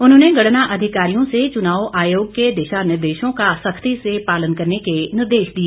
उन्होंने गणना अधिकारियों से चुनाव आयोग के दिशा निर्देशों का सख्ती से पालन करने के निर्देश दिए